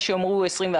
יש שיאמרו 21,